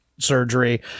Surgery